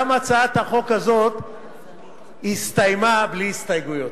גם הצעת החוק הזאת הסתיימה בלי הסתייגויות.